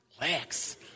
Lex